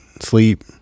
sleep